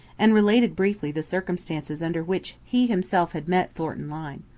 and related briefly the circumstances under which he himself had met thornton lyne.